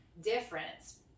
difference